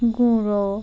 গুঁড়ো